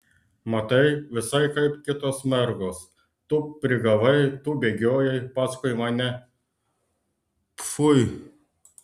matai visai kaip kitos mergos tu prigavai tu bėgiojai paskui mane pfui